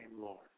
Lord